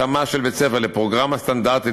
התאמה של בית-ספר לפרוגרמה סטנדרטית,